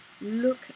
Look